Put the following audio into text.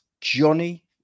Johnny